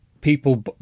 people